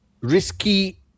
risky